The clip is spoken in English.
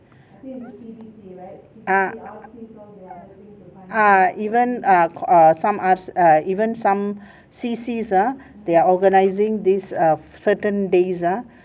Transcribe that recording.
ah ah even ah err some arts err even some C_C's ah they're organizing these err certain days ah